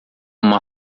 uma